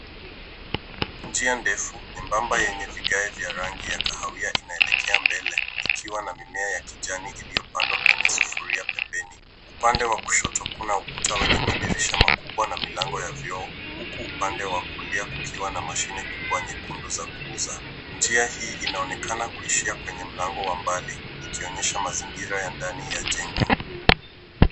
Njia ndefu nyembamba yenye vigae vya rangi ya kahawia, inaelekea mbele ikiwa na mimea ya kijani iliyopandwa kwenye sufuria pembeni. Upande wa kushoto kuna ukuta wenye madirisha makubwa na milango ya vioo, huku upande wa kulia kukiwa na mashine kubwa nyekundu za kuuza. Njia hii inaonekana kuishia kwenye mlango wa mbali, ikionyesha mazingira ya ndani ya jengo.